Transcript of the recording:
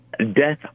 Death